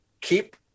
keep